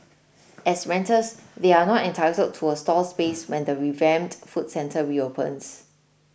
as renters they are not entitled to a stall space when the revamped food centre reopens